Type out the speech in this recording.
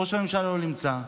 ראש הממשלה לא נמצא.